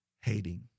hating